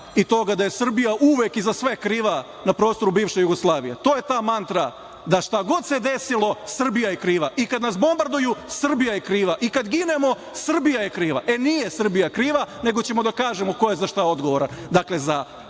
i toga da je Srbija uvek i za sve kriva na prostoru bivše Jugoslavije. To je ta mantra da šta god se desilo Srbija je kriva. I kad nas bombarduju Srbija je kriva i kad ginemo Srbija je kriva. E, nije Srbija kriva, nego ćemo da kažemo ko je za šta odgovoran. Dakle,